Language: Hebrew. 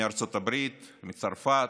מארצות הברית, מצרפת,